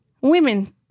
Women